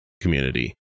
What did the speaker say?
community